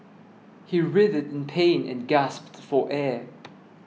he writhed in pain and gasped for air